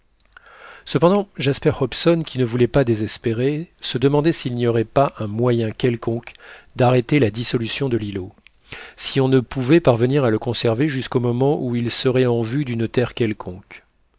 cependant jasper hoson qui ne voulait pas désespérer se demandait s'il n'y aurait pas un moyen quelconque d'arrêter la dissolution de l'îlot si on ne pouvait parvenir à le conserver jusqu'au moment où il serait en vue d'une terre quelconque